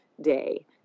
day